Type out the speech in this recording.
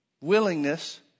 willingness